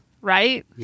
Right